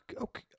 Okay